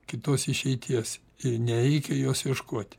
kitos išeities ir nereikia jos ieškoti